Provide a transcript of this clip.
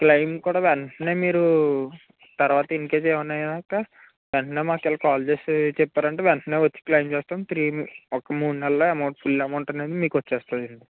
claim కూడా వెంటనే మీరు తర్వాత ఇన్ కేస్ ఏమన్నా అయినాక వెంటనే మాకు ఇలా కాల్ చేసి చెప్పారంటే వచ్చి క్లైమ్ చేస్తాం త్రి ఒక మూడు నెలల్లో మీకు ఫుల్ అమౌంట్ అనేది మీకు వచ్చేస్తదండి